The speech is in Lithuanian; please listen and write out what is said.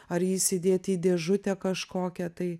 ar jį įsidėti į dėžutę kažkokią tai